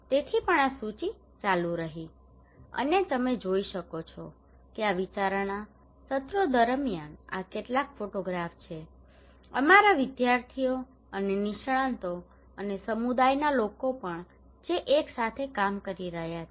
તેથી પણ આ સૂચિ ચાલુ રહી અને તમે જોઈ શકો છો કે આ વિચારણા સત્રો દરમિયાન આ કેટલાક ફોટોગ્રાફ્સ છે અમારા વિદ્યાર્થીઓ અને નિષ્ણાતો અને સમુદાયના લોકો પણ જે એક સાથે કામ કરી રહ્યા છે